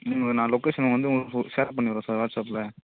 நான் லொக்கேஷன் வந்து உங்களுக்கு ஃபோ ஷேர் பண்ணி விடுறேன் சார் வாட்ஸ்ஆப்பில்